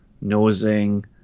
nosing